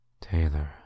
Taylor